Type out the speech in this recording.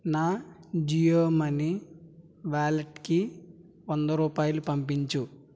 నా జియో మనీ వ్యాలెట్కి వంద రూపాయలు పంపించు